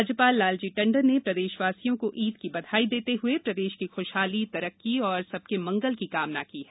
राज्यपाल लालजी टंडन ने प्रदेशवासियों को ईद की बधाई देते हए कहा है प्रदेश की ख्शहाली तरक्की और सबके मंगल की कामना की है